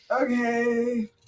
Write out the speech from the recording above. Okay